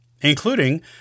including